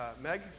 Meg